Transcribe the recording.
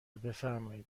بفرمایید